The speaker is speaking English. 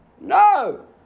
No